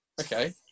okay